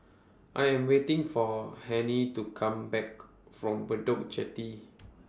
I Am waiting For Hennie to Come Back from Bedok Jetty